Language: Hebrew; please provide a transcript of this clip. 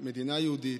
מדינה יהודית,